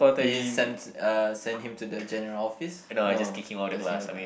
did he send uh send him to the general office no